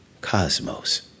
Cosmos